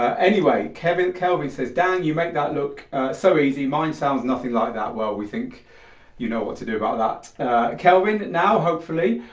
anyway, kelvin kelvin says, dang, you make that look so easy, mine sounds nothing like that. well we think you know what to do about that kelvin now hopefully.